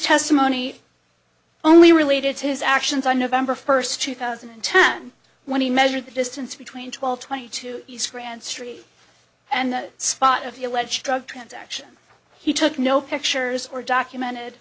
testimony only related to his actions on november first two thousand and ten when he measured the distance between twelve twenty two grand street and the spot of the alleged drug transaction he took no pictures or documented